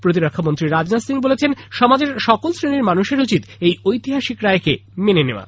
প্রতিরক্ষা মন্ত্রী রাজনাথ সিং বলেছেন সমাজের সকল শ্রেনীর মানুষের উচিত এই ঐতিহাসিক রায়কে মেনে নেওয়া